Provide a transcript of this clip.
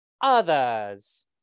others